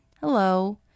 Hello